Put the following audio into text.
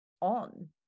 on